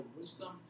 wisdom